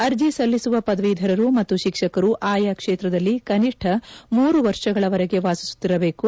ಅರ್ಜಿ ಸಲ್ಲಿಸುವ ಪದವೀಧರರು ಮತ್ತು ಶಿಕ್ಷಕರು ಆಯಾ ಕ್ಷೇತ್ರದಲ್ಲಿ ಕನಿಷ್ಠ ಮೂರು ವರ್ಷಗಳ ವರೆಗೆ ವಾಸಿಸುತ್ತಿರಬೇಕು